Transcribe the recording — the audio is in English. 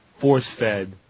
force-fed